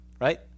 Right